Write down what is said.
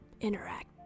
interact